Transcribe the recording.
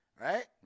Right